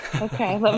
Okay